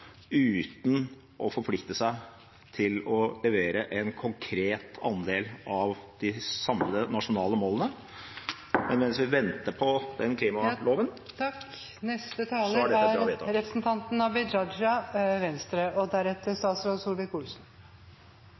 uten å forplikte seg til å levere en konkret andel av de samlede nasjonale målene. Men mens vi venter på den klimaloven, er dette et bra vedtak. La meg først starte med å takke representanten